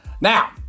Now